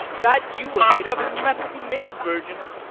that you were made of is metal to make virgins.